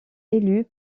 élus